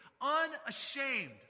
unashamed